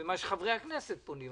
ולמה שחברי הכנסת פונים.